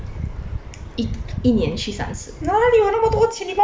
一一年去三次